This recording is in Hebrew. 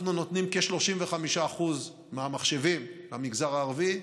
אנחנו נותנים כ-35% מהמחשבים למגזר הערבי,